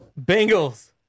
Bengals